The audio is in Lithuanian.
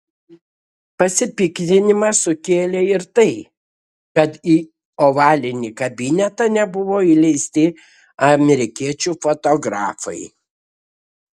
pasipiktinimą sukėlė ir tai kad į ovalinį kabinetą nebuvo įleisti amerikiečių fotografai